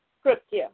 scripture